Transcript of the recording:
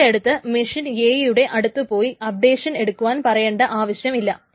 അതിന്റെയടുത്ത് machine A യുടെ അടുത്തു പോയി അപ്ഡേഷൻ എടുക്കുവാൻ പറയേണ്ട ആവശ്യം ഇല്ല